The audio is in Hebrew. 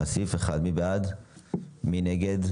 מי נגד,